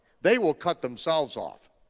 they will cut themselves off.